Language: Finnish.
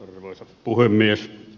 arvoisa puhemies